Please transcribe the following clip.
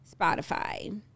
Spotify